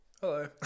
hello